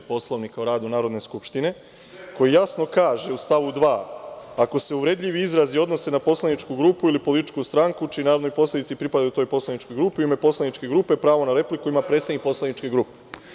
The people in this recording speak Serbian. Poslovnika o radu Narodne skupštine, koji jasno kaže u stavu 2. – ako se uvredljivi izrazi odnose na poslaničku grupu ili političku stranku čiji narodni poslanici pripadaju toj poslaničkoj grupi, u ime poslaničke grupe pravo na repliku ima predsednik poslaničke grupe.